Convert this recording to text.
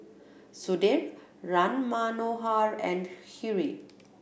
Sudhir Ram Manohar and Hri